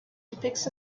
depicts